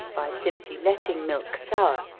by simply letting milk sour,